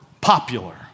popular